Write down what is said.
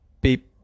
beep